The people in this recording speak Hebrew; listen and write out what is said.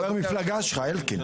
חבר מפלגה שלך, אלקין.